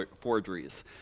forgeries